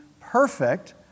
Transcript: perfect